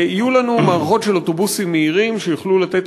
יהיו לנו מערכות של אוטובוסים מהירים שיוכלו לתת